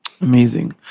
Amazing